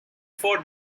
for